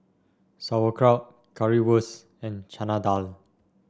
Sauerkraut Currywurst and Chana Dal